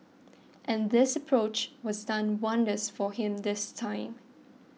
and this approach was done wonders for him this time